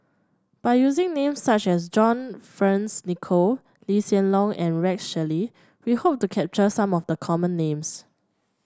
by using names such as John Fearns Nicoll Lee Hsien Loong and Rex Shelley we hope to capture some of the common names